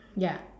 ya